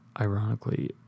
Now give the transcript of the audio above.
ironically